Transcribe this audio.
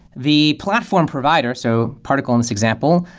the platform provider, so particle in this example,